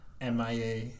MIA